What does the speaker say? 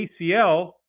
ACL